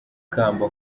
ikamba